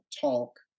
talk